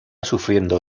sufriendo